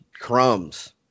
crumbs